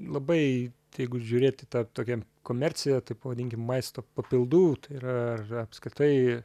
labai tai jeigu žiūrėt į tą tokią komerciją taip pavadinkim maisto papildų tai yra ar apskritai